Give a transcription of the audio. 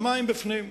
המים בפנים.